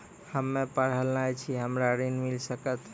हम्मे पढ़ल न छी हमरा ऋण मिल सकत?